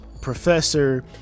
Professor